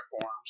forms